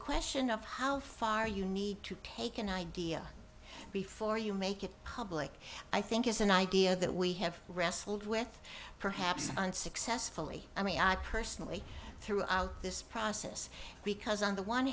question of how far you need to take an idea before you make it public i think is an idea that we have wrestled with perhaps unsuccessfully i mean i personally throughout this process because on the one